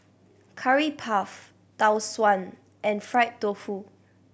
Curry Puff Tau Suan and fried tofu